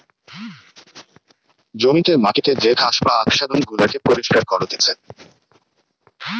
জমিতে মাটিতে যে ঘাস বা আচ্ছাদন গুলাকে পরিষ্কার করতিছে